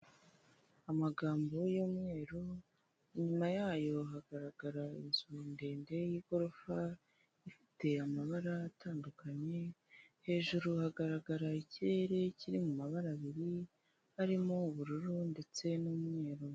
Amagambo y'umweru inyuma yayo hagaragara inzu ndende y'igorofa, ifite amabara atandukanye hejuru hagaragara ikirere kiri mu mabara abiri harimo ubururu ndetse n'umweru.